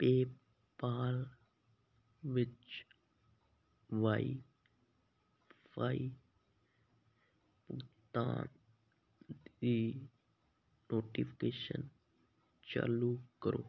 PayPal ਵਿੱਚ wifi ਭੁਗਤਾਨ ਦੀ ਨੋਟੀਫਿਕੇਸ਼ਨ ਚਾਲੂ ਕਰੋ